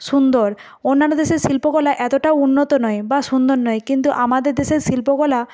সুন্দর অন্যান্য দেশের শিল্পকলা এতটা উন্নত নয় বা সুন্দর নয় কিন্তু আমাদের দেশের শিল্পকলা